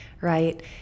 right